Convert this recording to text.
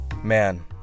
Man